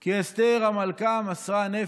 כי אסתר המלכה מסרה נפש,